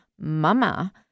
mama